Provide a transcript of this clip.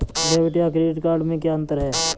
Debit या credit card में क्या अन्तर है?